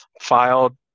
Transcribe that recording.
filed